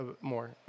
more